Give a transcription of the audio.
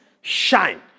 shine